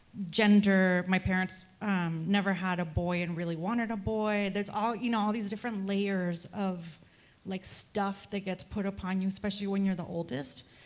gender. my parents never had a boy and really wanted a boy. that's all in all these different layers of like stuff that gets put upon you, especially when you're the oldest,